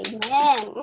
Amen